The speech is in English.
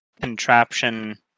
contraption